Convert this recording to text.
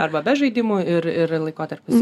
arba be žaidimų ir ir laikotarpis